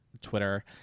Twitter